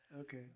okay